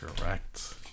correct